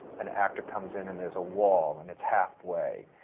an actor comes in and there's a wall and it's halfway.